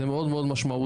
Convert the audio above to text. זה מאוד משמעותי.